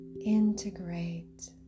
integrate